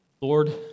lord